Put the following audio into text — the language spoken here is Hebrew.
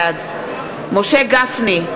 בעד משה גפני,